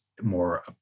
more